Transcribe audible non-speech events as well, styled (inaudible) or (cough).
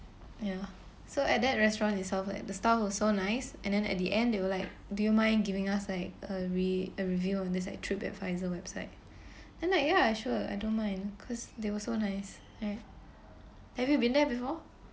ya so at that restaurant itself like the staff was so nice and then at the end they will like do you mind giving us like a re~ a review on this like trip adviser website then like ya sure I don't mind because they were so nice right have you been there before (breath)